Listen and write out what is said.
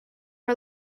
our